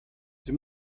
sie